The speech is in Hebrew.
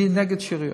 אני נגד קשירות.